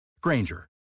Granger